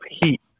heat